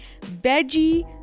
Veggie